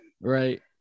right